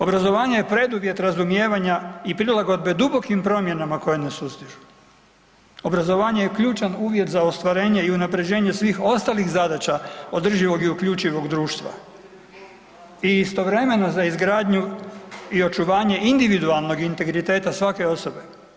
Obrazovanje je preduvjet razumijevanja i prilagodbe dubokim promjenama koje nas sustižu, obrazovanje je ključan uvjet za ostvarenje i unapređenje svih ostalih zadaća održivog i uključivog društva i istovremeno za izgradnju i očuvanje individualnog integriteta svake osobe.